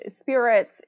spirits